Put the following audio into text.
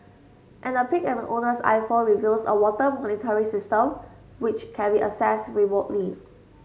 and a peek at the owner's iPhone reveals a water monitoring system which can be accessed remotely